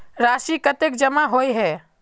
राशि कतेक जमा होय है?